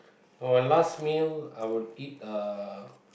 for a last meal I would eat uh